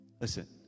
Listen